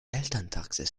elterntaxis